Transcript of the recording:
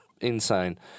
insane